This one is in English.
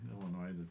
Illinois